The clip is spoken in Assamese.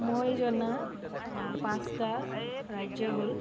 মই জনা পাঁচটা ৰাজ্য হ'ল